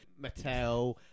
Mattel